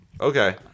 Okay